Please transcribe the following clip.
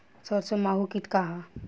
सरसो माहु किट का ह?